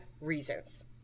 reasons